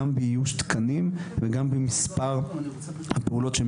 גם באיוש תקנים וגם במספר הפעולות שהם